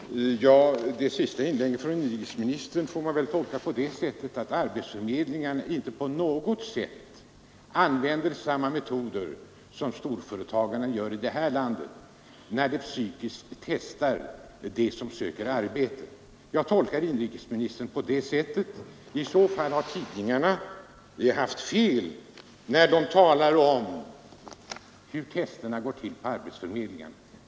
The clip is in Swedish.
Herr talman! Det senaste inlägget från inrikesministern får man väl tolka så att arbetsförmedlingen inte använder samma metoder som storföretagarna här i landet, när arbetssökande testas psykiskt. I så fall har tidningarna haft fel när de beskrivit hur testerna går till på arbetsförmedlingarna.